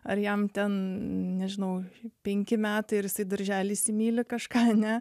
ar jam ten nežinau penki metai ir jisai darželyje įsimyli kažką ne